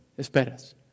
Esperas